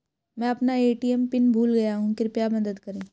मैं अपना ATM pin भूल गया हूँ कृपया मदद करें